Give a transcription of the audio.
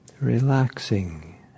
Relaxing